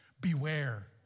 Beware